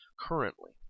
currently